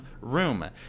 room